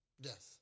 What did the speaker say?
Death